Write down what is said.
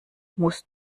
musst